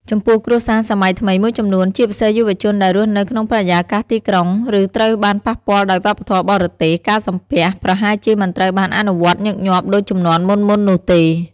ចំពោះគ្រួសារសម័យថ្មីមួយចំនួន ជាពិសេសយុវជនដែលរស់នៅក្នុងបរិយាកាសទីក្រុង ឬត្រូវបានប៉ះពាល់ដោយវប្បធម៌បរទេស ការសំពះប្រហែលជាមិនត្រូវបានអនុវត្តញឹកញាប់ដូចជំនាន់មុនៗនោះទេ។